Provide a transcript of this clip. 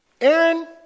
Aaron